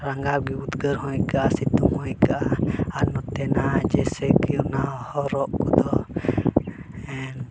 ᱨᱟᱸᱜᱟᱣ ᱜᱮ ᱩᱫᱽᱜᱟᱹᱨ ᱦᱚᱸ ᱟᱹᱭᱠᱟᱹᱜᱼᱟ ᱥᱤᱛᱩᱝ ᱦᱚᱸ ᱟᱹᱭᱠᱟᱹᱜᱼᱟ ᱟᱨ ᱱᱚᱛᱮᱱᱟᱜ ᱡᱮᱭᱥᱮ ᱠᱤ ᱚᱱᱟ ᱦᱚᱨᱚᱜ ᱠᱚᱫᱚ ᱦᱮᱸ